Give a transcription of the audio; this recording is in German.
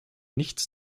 nichts